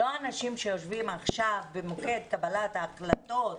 לא האנשים שיושבים עכשיו במוקד קבלת ההחלטות,